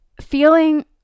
feeling